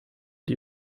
die